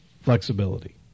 flexibility